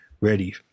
ready